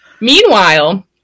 Meanwhile